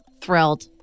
Thrilled